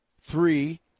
three